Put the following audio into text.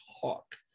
talk